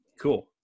cool